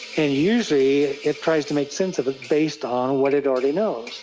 and usually it tries to make sense of it based on what it already knows.